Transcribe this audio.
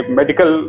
medical